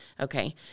okay